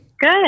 Good